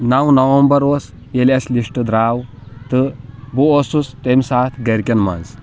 نَو نَوَمبر اوس ییٚلہِ اسہِ لِسٹ درٛاو تہٕ بہٕ اوسُس تیٚمہِ ساتہٕ گَرِکٮ۪ن منٛز